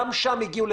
גם שם הגיעו,